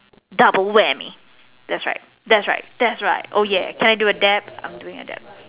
double wally that's right that's right that's right oh yeah can I do a dab I am going a dab